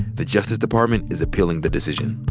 the justice department is appealing the decision.